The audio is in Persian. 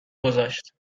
گذاشت